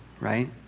right